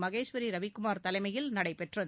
மகேஷ்வரி ரவிக்குமார் தலைமையில் நடைபெற்றது